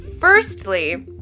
firstly